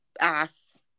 ass